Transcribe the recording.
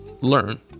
learn